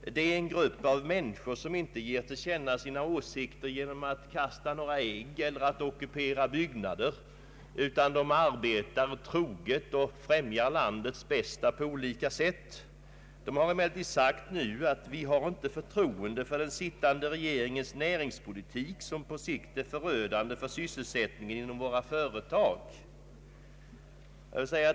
Det är en grupp av människor som inte ger till känna sina åsikter genom att kasta ägg eller ockupera byggnader, utan de arbetar troget och främjar landets bästa på olika sätt. De har emellertid nu sagt att de inte har förtroende för den sittande regeringens näringspolitik, som på sikt är förödande för sysselsättningen inom deras företag.